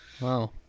Wow